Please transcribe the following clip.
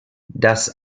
das